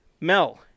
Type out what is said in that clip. Mel